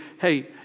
hey